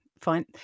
fine